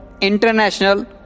international